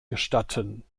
gestatten